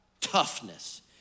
toughness